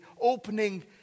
opening